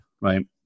right